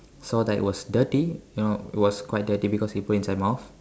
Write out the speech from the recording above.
so like it was dirty you know it was quite dirty because he put inside his mouth